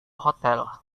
hotel